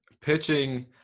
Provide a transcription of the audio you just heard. pitching